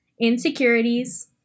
Insecurities